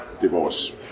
divorce